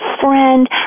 friend